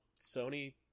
Sony